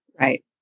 Right